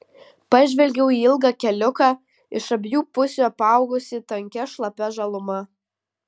pažvelgiau į ilgą keliuką iš abiejų pusių apaugusį tankia šlapia žaluma